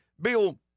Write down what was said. Bill